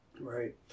Right